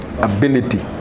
Ability